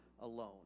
alone